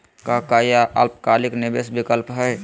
का काई अल्पकालिक निवेस विकल्प हई?